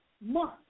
month